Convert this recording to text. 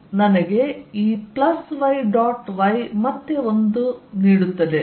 ಆದ್ದರಿಂದ ನನಗೆ ಈ y ಡಾಟ್ y ಮತ್ತೆ 1 ಉಳಿದಿದೆ